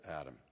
Adam